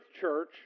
church